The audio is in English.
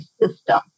system